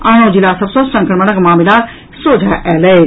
आनो जिला सभ सँ संक्रमणक मामिला सोझा आयल अछि